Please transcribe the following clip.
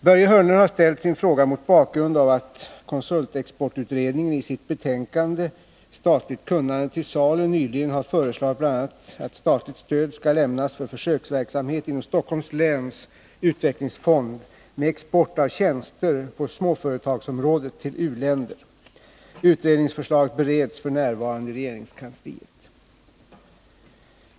Börje Hörnlund har ställt sin fråga mot bakgrund av att konsultexportutredningenii sitt betänkande Statligt kunnande till salu nyligen har föreslagit bl.a. att statligt stöd skall lämnas för försöksverksamhet inom Stockholms läns utvecklingsfond med export av tjänster på småföretagsområdet till u-länder. Utredningsförslaget bereds f. n. i regeringskansliet.